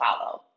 follow